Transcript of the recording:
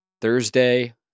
Thursday